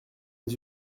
les